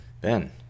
Ben